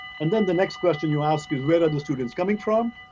and then the next question you ask is, where are the students coming from?